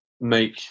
make